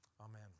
Amen